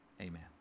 Amen